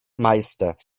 meister